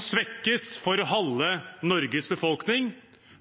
svekkes for halve Norges befolkning.